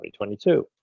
2022